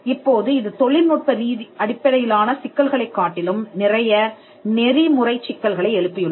இப்போது இது தொழில்நுட்ப அடிப்படையிலான சிக்கல்களைக் காட்டிலும் நிறைய நெறிமுறைச் சிக்கல்களை எழுப்பியுள்ளது